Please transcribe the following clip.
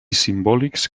simbòlics